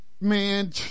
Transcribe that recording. man